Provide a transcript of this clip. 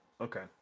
Okay